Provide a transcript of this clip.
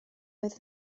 oedd